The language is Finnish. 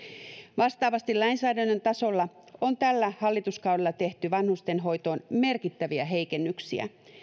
vastaavasti lainsäädännön tasolla on tällä hallituskaudella tehty vanhustenhoitoon merkittäviä heikennyksiä